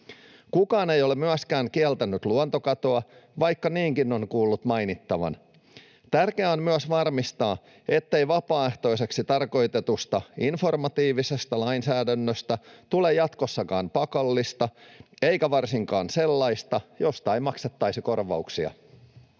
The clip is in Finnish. Kukaan ei ole myöskään kieltänyt luontokatoa, vaikka niinkin on kuullut mainittavan. Tärkeää on myös varmistaa, ettei vapaaehtoiseksi tarkoitetusta informatiivisesta lainsäädännöstä tule jatkossakaan pakollista, eikä varsinkaan sellaista, josta ei maksettaisi korvauksia.